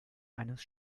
eines